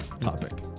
topic